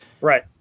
Right